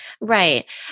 right